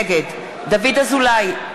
נגד דוד אזולאי,